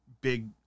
big